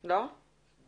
לא נתנו עליהם שום מגבלות,